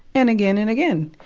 and again, and again.